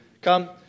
come